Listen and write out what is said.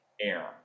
air